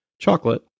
chocolate